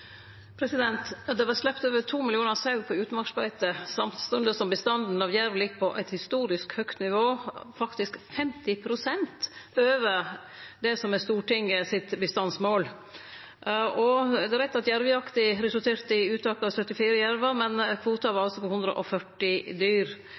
Det vart sleppte over 2 millionar sau på utmarksbeite samstundes som bestanden av jerv ligg på eit historisk høgt nivå, faktisk 50 pst. over det som er Stortinget sitt bestandsmål. Det er rett at jervejakta resulterte i uttak av 74 jervar, men kvota